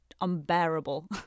unbearable